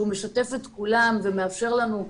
שהוא משתף את כולם ומאפשר לנו,